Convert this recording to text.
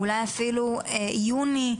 אולי אפילו ביוני,